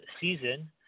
season